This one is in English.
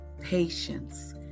patience